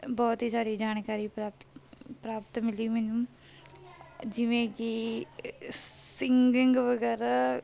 ਬਹੁਤ ਹੀ ਸਾਰੀ ਜਾਣਕਾਰੀ ਪ੍ਰਾਪਤ ਪ੍ਰਾਪਤ ਮਿਲੀ ਮੈਨੂੰ ਜਿਵੇਂ ਕਿ ਸਿੰਗਿੰਗ ਵਗੈਰਾ